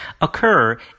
occur